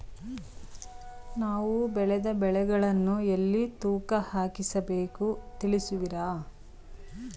ನಾವು ಬೆಳೆದ ಬೆಳೆಗಳನ್ನು ಎಲ್ಲಿ ತೂಕ ಹಾಕಿಸ ಬೇಕು ತಿಳಿಸುವಿರಾ?